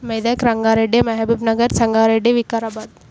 Medak Rangareddy Mahbubnagar Sangareddy Vikarabad